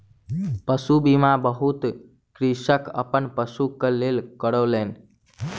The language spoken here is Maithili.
पशु बीमा बहुत कृषक अपन पशुक लेल करौलेन